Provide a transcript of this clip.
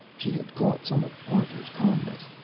she had caught some of arthur's calmness.